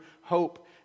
hope